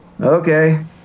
okay